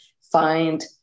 find